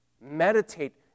Meditate